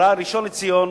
הראשון לציון,